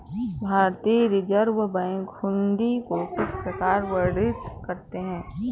भारतीय Reserve Bank hundi को किस प्रकार वर्णित करता है?